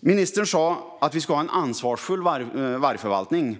Ministern sa att det ska vara en ansvarsfull vargförvaltning.